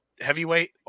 heavyweight